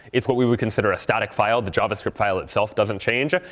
it's what we would consider a static file. the javascript file itself doesn't change.